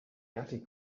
attic